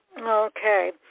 Okay